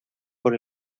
por